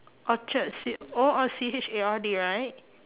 orchard is it O R C H A R D right